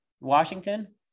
Washington